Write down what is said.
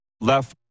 left